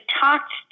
talked